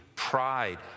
Pride